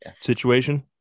Situation